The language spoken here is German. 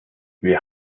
wir